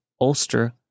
Ulster